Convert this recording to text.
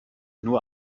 nur